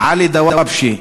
עלי דוואבשה,